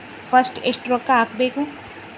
First ಎಷ್ಟು ರೊಕ್ಕ ಹಾಕಬೇಕು?